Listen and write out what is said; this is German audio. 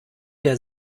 der